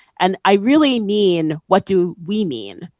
and i really mean what do we mean,